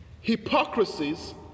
hypocrisies